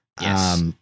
Yes